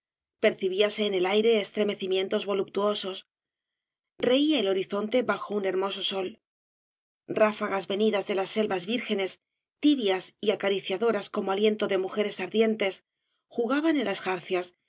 percibíase en el aire estremecimientos voluptuosos reía el horizonte bajo un hermoso sol ráfagas venidas de las selvas vírgenes tibias y acariciadoras como aliento de mujeres ardientes jugaban en las jarcias y